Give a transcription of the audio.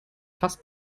fast